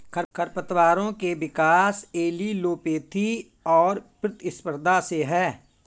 खरपतवारों के विकास एलीलोपैथी और प्रतिस्पर्धा से है